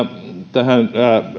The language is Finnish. tähän